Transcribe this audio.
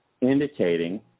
indicating